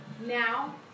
now